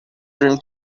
dream